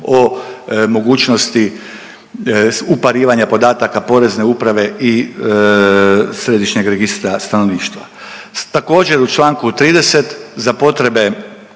o mogućnosti uparivanja podataka Porezne uprave i Središnjeg registra stanovništva. Također, u Članku 30. za potrebe,